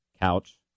Couch